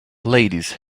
ladies